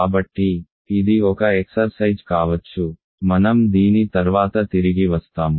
కాబట్టి ఇది ఒక ఎక్సర్సైజ్ కావచ్చు మనం దీని తర్వాత తిరిగి వస్తాము